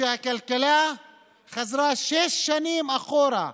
הכלכלה חזרה שש שנים אחורה,